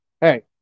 hey